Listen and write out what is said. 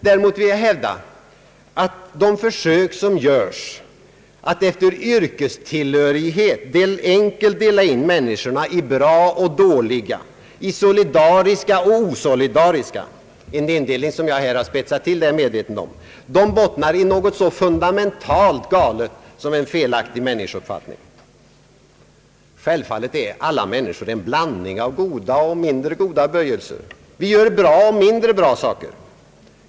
Däremot vill jag hävda att de försök som görs att efter yrkestillhörighet enkelt dela in människorna i bra och dåliga, i solidariska och osolidariska — en indelning som jag här spetsat till, det medger jag gärna — bottnar i något så fundamentalt galet som en felaktig människouppfattning. Självfallet uppvisar alla mäninskor en blandning av goda och mindre goda böjelser. Vi gör bra och mindre bra saker.